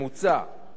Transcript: בחודש